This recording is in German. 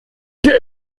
der